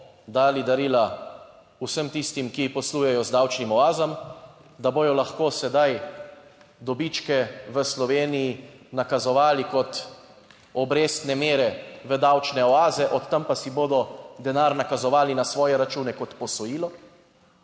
da bodo lahko sedaj dobičke v Sloveniji nakazovali kot obrestne mere v davčne oaze, od tam pa si bodo denar nakazovali na svoje račune kot posojilo